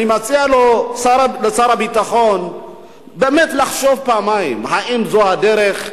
אני מציע לשר הביטחון באמת לחשוב פעמיים האם זו הדרך,